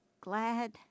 glad